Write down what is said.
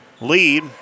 lead